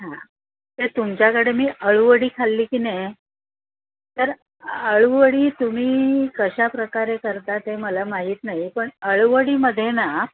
हां तर तुमच्याकडे मी अळूवडी खाल्ली की नाही तर अळूवडी तुम्ही कशा प्रकारे करता ते मला माहीत नाही पण अळूवडीमध्ये ना